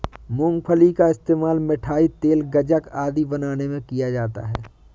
मूंगफली का इस्तेमाल मिठाई, तेल, गज्जक आदि बनाने में किया जाता है